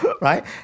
right